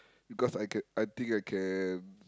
because I can I think I can